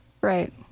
right